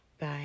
bye